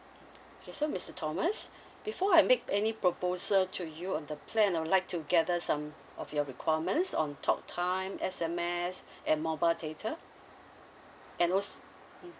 okay so mister thomas before I make any proposal to you on the plan I'd like to gather some of your requirements on talk time S_M_S and mobile data and als~ mm